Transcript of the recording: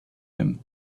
him